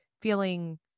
feeling